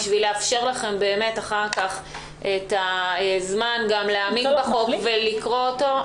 בשביל לאפשר לכם אחר כך גם את הזמן להעמיק בחוק ולקרוא אותו.